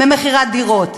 ממכירת הדירות.